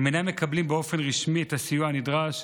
הם אינם מקבלים באופן רשמי את הסיוע הנדרש,